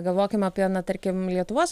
galvokim apie na tarkim lietuvos